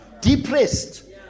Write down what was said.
depressed